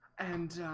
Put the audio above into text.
and